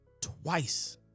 twice